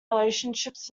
relationships